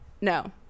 no